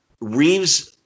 Reeves